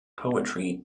poetry